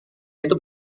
itu